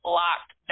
locked